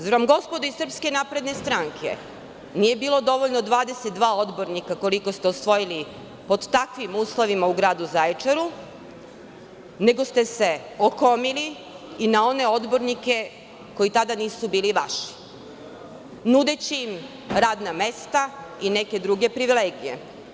Zar nam gospodo iz SNS nije bilo dovoljno 22 odbornika koliko ste osvojili pod takvim uslovima u gradu Zaječaru, nego ste se okomili i na one odbornike koji tada nisu bili vaši, nudeći im radna mesta i neke druge privilegije.